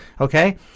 Okay